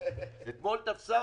למה שהצעתם,